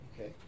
Okay